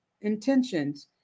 intentions